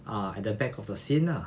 err at the back of the scene lah